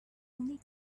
only